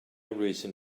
reason